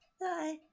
Bye